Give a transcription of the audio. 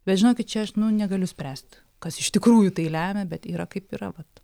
bet žinokit čia aš nu negaliu spręst kas iš tikrųjų tai lemia bet yra kaip yra vat